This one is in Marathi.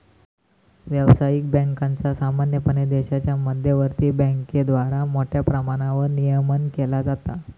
व्यावसायिक बँकांचा सामान्यपणे देशाच्या मध्यवर्ती बँकेद्वारा मोठ्या प्रमाणावर नियमन केला जाता